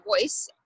voice